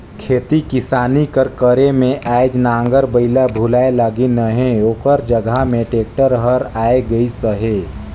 खेती किसानी कर करे में आएज नांगर बइला भुलाए लगिन अहें ओकर जगहा में टेक्टर हर आए गइस अहे